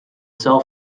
cell